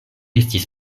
estas